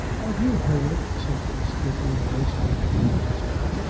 have you heard, said he speaking in a voice hardly above a whisper,